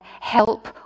help